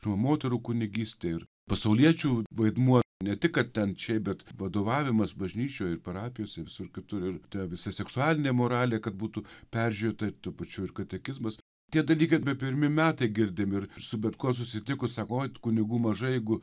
žinoma moterų kunigystė ir pasauliečių vaidmuo ne tik kad ten šiaip bet vadovavimas bažnyčioj ir parapijose visur kitur ir visa seksualinė moralė kad būtų peržiūrėta ir tuo pačiu ir katekizmas tie dalykai be pirmi metai girdim ir su bet kuo susitikus oi kunigų mažai eigu